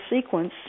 sequence